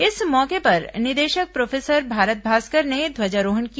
इस मौके पर निदेशक प्रोफेसर भारत भास्कर ने ध्वजोराहण किया